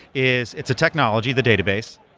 is it's a technology, the database.